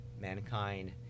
mankind